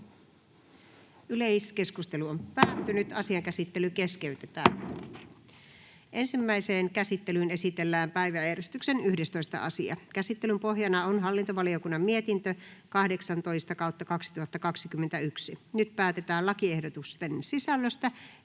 ja siihen liittyviksi laeiksi Time: N/A Content: Ensimmäiseen käsittelyyn esitellään päiväjärjestyksen 11. asia. Käsittelyn pohjana on hallintovaliokunnan mietintö HaVM 18/2021 vp. Nyt päätetään lakiehdotusten sisällöstä.